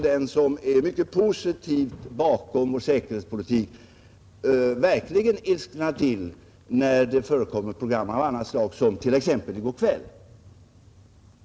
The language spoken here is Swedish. Den som är mycket positiv till vår säkerhetspolitik kan också få ilskna till när program av annat slag förekommer, exempelvis i går kväll.